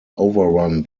overrun